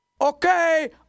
Okay